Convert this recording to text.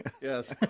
Yes